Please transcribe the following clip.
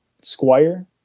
squire